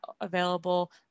available